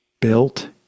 built